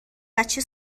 بچه